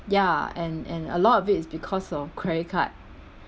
ya and and a lot of it is because of credit card